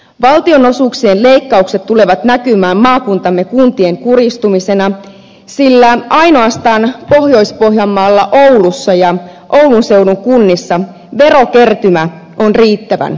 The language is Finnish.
valtionosuuksien leikkaukset tulevat näkymään maakuntamme kuntien kurjistumisena sillä pohjois pohjanmaalla ainoastaan oulussa ja oulun seudun kunnissa verokertymä on riittävän suuri